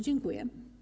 Dziękuję.